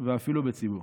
ואפילו בציבור.